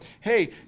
hey